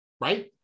right